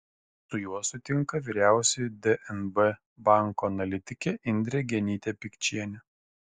su juo sutinka vyriausioji dnb banko analitikė indrė genytė pikčienė